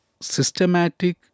systematic